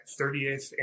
30th